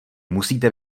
musíte